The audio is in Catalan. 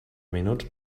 minuts